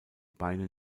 beine